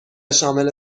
شامل